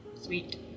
sweet